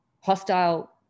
Hostile